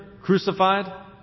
crucified